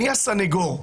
אני הסנגור,